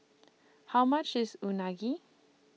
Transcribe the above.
How much IS Unagi